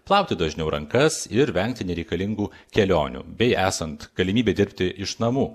plauti dažniau rankas ir vengti nereikalingų kelionių bei esant galimybei dirbti iš namų